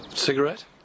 cigarette